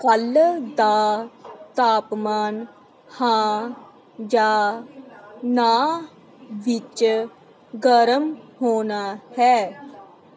ਕੱਲ੍ਹ ਦਾ ਤਾਪਮਾਨ ਹਾਂ ਜਾਂ ਨਾਂਹ ਵਿੱਚ ਗਰਮ ਹੋਣਾ ਹੈ